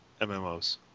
MMOs